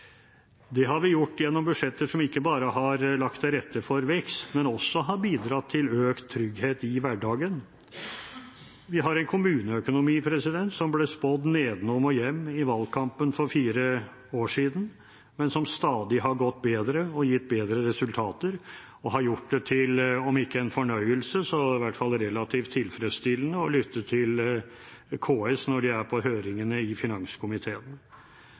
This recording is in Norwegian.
Det har vi gjort gjennom budsjetter som ikke bare har lagt til rette for vekst, men også bidratt til økt trygghet i hverdagen. Vi har en kommuneøkonomi som ble spådd nedenom og hjem i valgkampen for fire år siden, men som stadig har gått bedre og gitt bedre resultater, og som har gjort det til om ikke en fornøyelse, så i hvert fall relativt tilfredsstillende, å lytte til KS når de er på høringer i finanskomiteen.